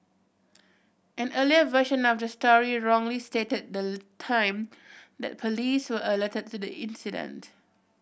an earlier version of the story wrongly stated the time that police were alerted to the incident